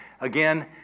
Again